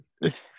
Yes